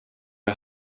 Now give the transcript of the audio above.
jag